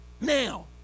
Now